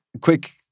quick